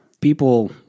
people